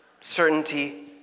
certainty